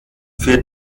für